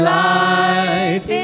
life